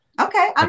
Okay